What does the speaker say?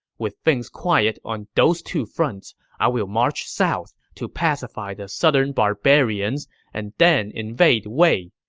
with things quiet on those two fronts, i will march south to pacify the southern barbarians and then invade wei.